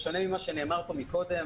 בשונה ממה שנאמר פה קודם,